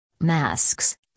Masks